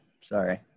Sorry